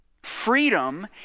Freedom